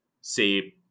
say